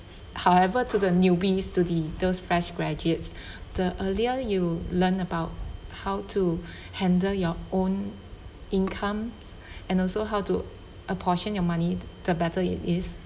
however to the newbies to the those fresh graduates the earlier you learn about how to handle your own income and also how to apportion your money the better it is